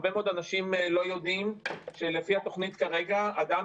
הרבה מאוד אנשים לא יודעים שלפי התוכנית כרגע אדם